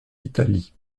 italie